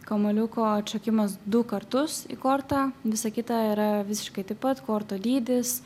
kamuoliuko atšokimas du kartus į kortą visa kita yra visiškai taip pat korto dydis